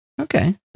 Okay